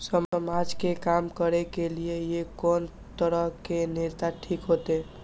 समाज के काम करें के ली ये कोन तरह के नेता ठीक होते?